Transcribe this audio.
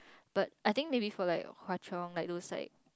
but I think maybe for like Hwa-Chong like those like